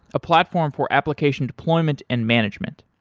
a platform for application deployment and management.